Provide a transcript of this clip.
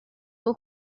اون